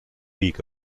week